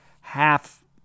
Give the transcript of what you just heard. half